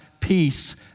peace